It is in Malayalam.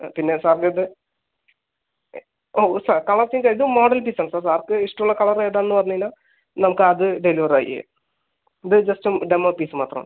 ആ പിന്നെ സാറിന് ഇത് സാർ കളർ ചേഞ്ച് ആയിട്ട് മോഡൽ ഡിസൈൻസാ സാർക്ക് ഇഷ്ടം ഉള്ള കളർ ഏതാന്ന് പറഞ്ഞ് കഴിഞ്ഞാൽ നമുക്ക് അത് ഡെലിവറാ ചെയ്യുക ഇത് ജസ്റ്റ് ഡെമോ പീസ് മാത്രമാ